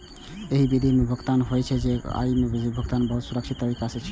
एहि विधि सं भुगतान तुरंत होइ छै आ ई बिल भुगतानक बहुत सुरक्षित तरीका छियै